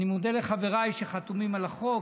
אני מודה לחבריי שחתומים על החוק,